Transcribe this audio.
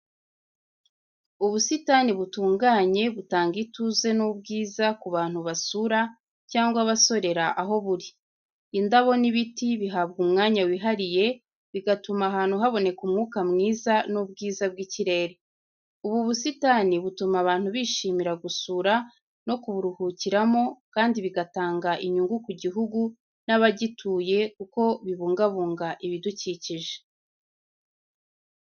Ubusitani butunganye butanga ituze n’ubwiza ku bantu basura cyangwa abasorera aho buri . Indabo n'ibiti bihabwa umwanya wihariye, bigatuma ahantu habona umwuka mwiza n’ubwiza bw’ikirere. Ubu busitani butuma abantu bishimira gusura no kuburuhukiramo, kandi bigatanga inyugu ku gihugu n’abagituye kuko bibungabunga ibidukikije.